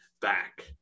back